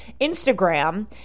Instagram